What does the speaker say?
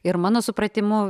ir mano supratimu